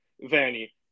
Vanny